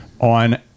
on